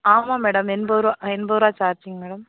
ஆமாம் மேடம் எண்பதுரூபா எண்பதுரூபா சார்ஜிங் மேடம்